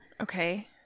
okay